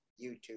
YouTube